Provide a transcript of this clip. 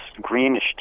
greenish